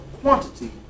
quantity